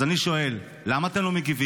אז אני שואל: למה אתם לא מגיבים?